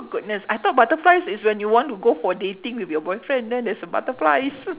goodness I thought butterflies is when you want to go for dating with your boyfriend then there's the butterflies